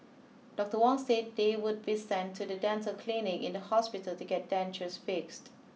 Doctor Wong said they would be sent to the dental clinic in the hospital to get dentures fixed